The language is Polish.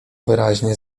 wyraźnie